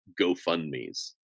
GoFundMes